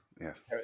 Yes